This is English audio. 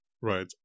right